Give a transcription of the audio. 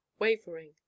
Wavering